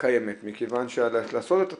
הקיימת מכוון שלעשות את התשתית,